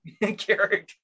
character